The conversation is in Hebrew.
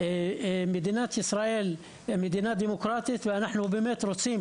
מדינת ישראל מדינה דמוקרטית, ואנחנו באמת רוצים.